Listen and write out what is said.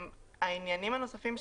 העניינים הנוספים,